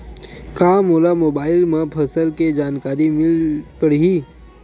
का मोला मोबाइल म फसल के जानकारी मिल पढ़ही?